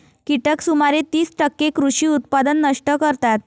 कीटक सुमारे तीस टक्के कृषी उत्पादन नष्ट करतात